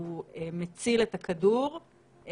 הוא מציל את הכדור.